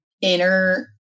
inner